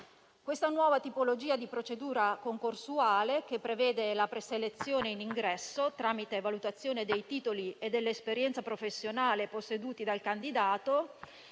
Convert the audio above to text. Questa nuova tipologia di procedura concorsuale, che prevede la preselezione in ingresso tramite valutazione dei titoli e delle esperienze professionali possedute dal candidato,